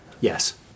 Yes